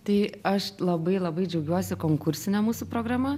tai aš labai labai džiaugiuosi konkursine mūsų programa